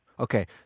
Okay